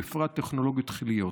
ובפרט טכנולוגיות תחיליות.